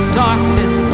darkness